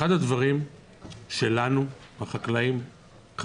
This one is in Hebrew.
אחד הדברים שלנו החקלאים,